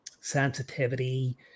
sensitivity